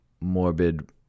morbid